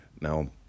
Now